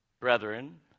Brethren